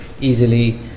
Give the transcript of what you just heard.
easily